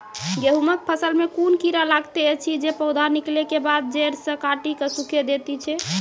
गेहूँमक फसल मे कून कीड़ा लागतै ऐछि जे पौधा निकलै केबाद जैर सऽ काटि कऽ सूखे दैति छै?